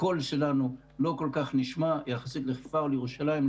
הקול שלנו לא כל כך נשמע יחסית לחיפה או לירושלים,